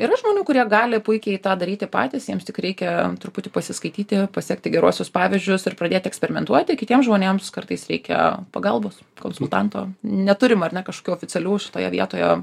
yra žmonių kurie gali puikiai tą daryti patys jiems tik reikia truputį pasiskaityti pasekti geruosius pavyzdžius ir pradėti eksperimentuoti kitiems žmonėms kartais reikia pagalbos konsultanto neturim ar ne kažką oficialių šitoje vietoje